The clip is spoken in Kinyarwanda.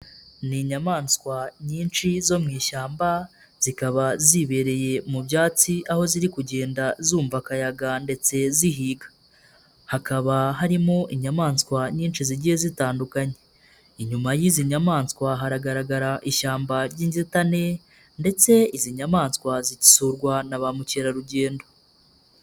Ni inyamaswa nyinshi zo mu ishyamba, zikaba zibereye mu byatsi aho ziri kugenda zumva akayaga ndetse zihiga, hakaba harimo inyamaswa nyinshi zigiye zitandukanye, inyuma y'izi nyamaswa haragaragara ishyamba ry'inzitane, ndetse izi nyamaswa zisurwa na ba mukerarugendo.